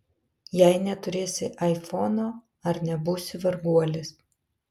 jei neturėsi aifono ar nebūsi varguolis